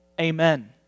amen